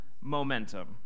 momentum